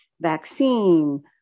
vaccine